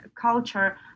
culture